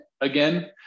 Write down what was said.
again